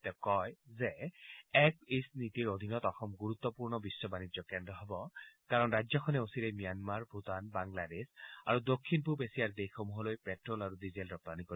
তেওঁ কয় যে এক ইষ্ট নীতিৰ অধীনত অসম গুৰুত্বপূৰ্ণ বিশ্ব বাণিজ্য কেন্দ্ৰ হ'ব কাৰণ ৰাজ্যখনে অচিৰেই ম্যানমাৰ ভূটান বাংলাদেশ আৰু দক্ষিণ পূব এছিয়াৰ দেশসমূহলৈ প্টেটল আৰু ডিজেল ৰপ্তানী কৰিব